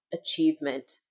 achievement